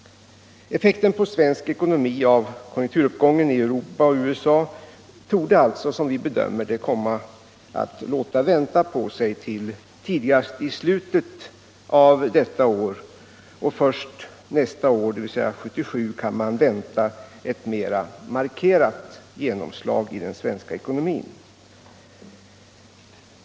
Effekten på svensk ekonomi av konjunkturuppgången i Europa och USA torde, som vi bedömer det, låta vänta på sig till tidigast i slutet av detta år, och först nästa år kan man vänta ett mera markerat genomslag i den svenska ekonomin.